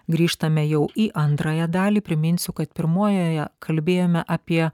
grįžtame jau į antrąją dalį priminsiu kad pirmojoje kalbėjome apie